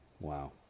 Wow